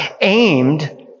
aimed